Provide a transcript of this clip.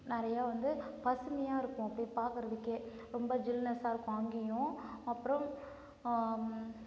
நிறையா வந்து பசுமையாக இருக்கும் அப்படே பார்க்கறதுக்கே ரொம்ப ஜில்னஸ்ஸாக இருக்கும் அங்கேயும் அப்புறோம்